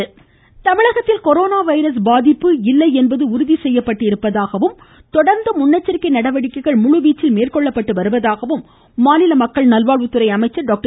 விஜயபாஸ்கர் தமிழகத்தில் corona virus பாதிப்பு இல்லை என்பது உறுதி செய்யப்பட்டுள்ளதாகவும் தொடர்ந்து முன்னெச்சிக்கை நடவடிக்கைகள் முழுவீச்சில் நடைபெறுவதாகவும் மாநில மக்கள் நல்வாழ்வுத்துறை அமைச்சர் டாக்டர்